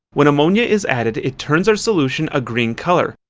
when ammonia is added it turns our solution a green colour.